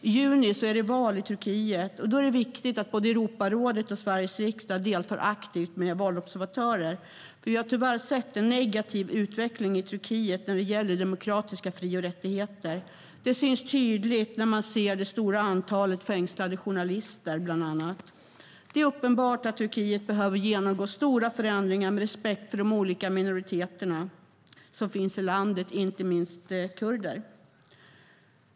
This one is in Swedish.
I juni är det val i Turkiet, och då är det viktigt att både Europarådet och Sveriges riksdag deltar aktivt med valobservatörer. Vi har tyvärr sett en negativ utveckling i Turkiet när det gäller de demokratiska fri och rättigheterna. Det syns tydligt bland annat när man ser det stora antalet fängslade journalister. Det är uppenbart att Turkiet behöver genomgå stora förändringar med respekt för de olika minoriteterna som finns i landet och inte minst kurder.